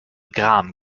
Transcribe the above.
gram